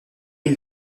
île